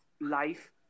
life